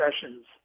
sessions